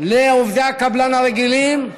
לעובדי הקבלן הרגילים,